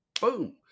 boom